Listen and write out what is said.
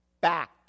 back